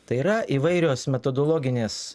tai yra įvairios metodologinės